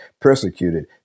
persecuted